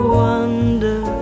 wonder